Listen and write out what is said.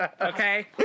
Okay